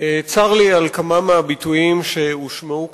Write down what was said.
צר לי על כמה מהביטויים שהושמעו כאן.